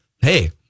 hey